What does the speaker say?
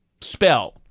spell